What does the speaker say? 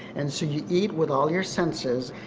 and so you eat with all your senses.